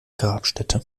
grabstätte